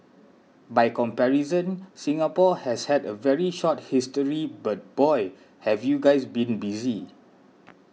by comparison Singapore has had a very short history but boy have you guys been busy